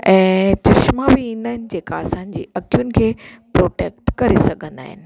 ऐं चश्मा बि ईंदा आहिनि जेका असांजी अखियुनि खे प्रोटेक्ट करे सघंदा आहिनि